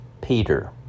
Peter